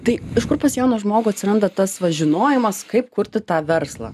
tai iš kur pas jauną žmogų atsiranda tas va žinojimas kaip kurti tą verslą